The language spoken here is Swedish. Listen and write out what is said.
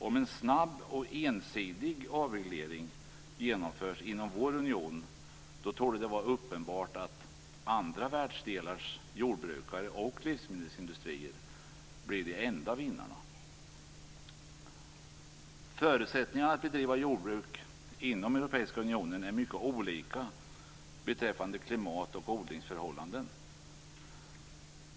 Om en snabb och ensidig avreglering genomförs inom vår union torde det vara uppenbart att andra världsdelars jordbrukare och livsmedelsindustrier blir de enda vinnarna. Förutsättningarna att bedriva jordbruk inom Europeiska unionen är mycket olika beträffande klimatoch odlingsförhållanden.